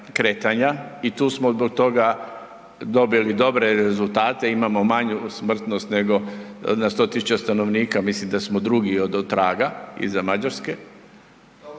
kretanja i tu smo zbog toga dobili dobre rezultate, imamo manju smrtnost na 100 000 stanovnika, mislim da smo drugi odostraga, iza Mađarske,